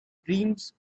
dreams